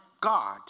God